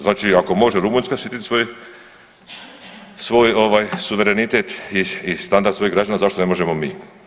Znači ako može Rumunjska štititi svoj suverenitet i standard svojih građana zašto ne možemo mi?